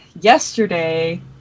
yesterday